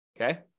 okay